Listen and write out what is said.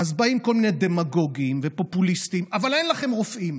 אז באים כל מיני דמגוגים ופופוליסטים: אבל אין לכם רופאים.